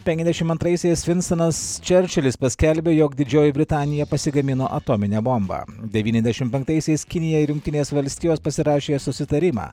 penkiasdešimt antraisiais vinstonas čerčilis paskelbė jog didžioji britanija pasigamino atominę bombą devyniasdešimt penktaisiais kinija ir jungtinės valstijos pasirašė susitarimą